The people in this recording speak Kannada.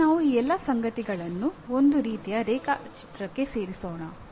ಈಗ ನಾವು ಈ ಎಲ್ಲ ಸಂಗತಿಗಳನ್ನು ಒಂದು ರೀತಿಯ ರೇಖಾಚಿತ್ರಕ್ಕೆ ಸೇರಿಸೋಣ